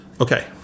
okay